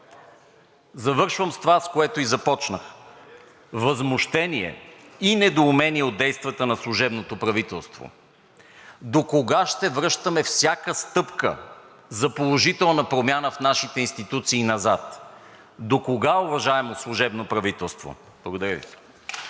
Завършвам с това, с което и започнах – възмущение и недоумение от действията на служебното правителство! Докога ще връщаме всяка стъпка за положителна промяна в нашите институции назад? Докога, уважаемо служебно правителство?! Благодаря Ви.